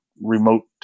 remote